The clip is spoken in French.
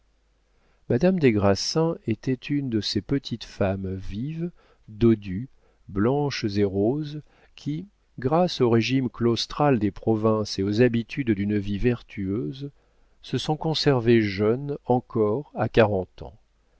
madame des grassins était une de ces petites femmes vives dodues blanches et roses qui grâce au régime claustral des provinces et aux habitudes d'une vie vertueuse se sont conservées jeunes encore à quarante ans